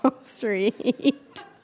Street